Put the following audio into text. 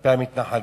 כלפי המתנחלים.